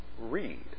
read